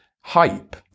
hype